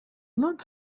not